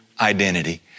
identity